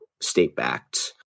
state-backed